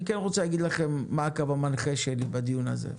אני רוצה להגיד לכם מה הקו המנחה שלי בדיון הזה.